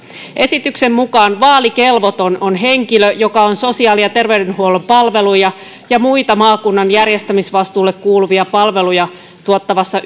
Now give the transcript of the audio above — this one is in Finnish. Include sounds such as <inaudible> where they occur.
esityksen mukaan vaalikelvoton on henkilö joka on sosiaali ja terveydenhuollon palveluja ja muita maakunnan järjestämisvastuulle kuuluvia palveluja tuottavassa <unintelligible>